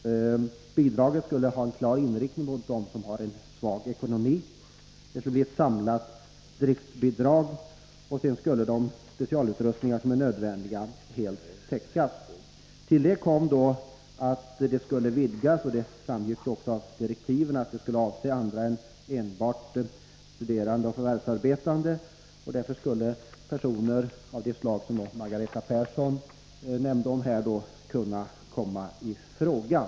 Bidraget skulle ha en klar inriktning att stödja dem som har en svag ekonomi, det skulle ge ett samlat driftbidrag och dessutom skulle bidraget täcka kostnaderna för de specialutrustningar som är nödvändiga. Till detta kom att bidraget skulle vidgas, och det framgick ju också av direktiven att bidraget skulle kunna utgå till andra än till enbart studerande och förvärvsarbetande. Därför skulle den kategori av människor som också Margareta Persson nämnde kunna kommä i fråga.